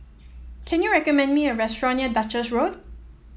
can you recommend me a restaurant near Duchess Road